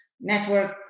network